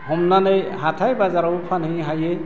हमनानै हाथाइ बाजारावबो फानहैनो हायो